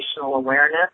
awareness